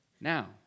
now